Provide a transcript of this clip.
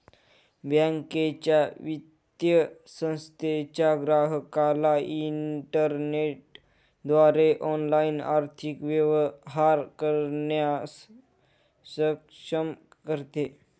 बँकेच्या, वित्तीय संस्थेच्या ग्राहकाला इंटरनेटद्वारे ऑनलाइन आर्थिक व्यवहार करण्यास सक्षम करते